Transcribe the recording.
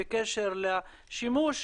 בקשר לשימוש